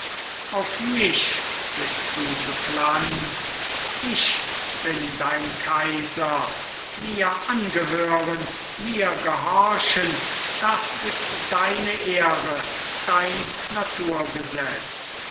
auf mich bist du gepflanzt ich bin dein kaiser mir angehören mir gehorchen das ist deine ehre dein naturgesetz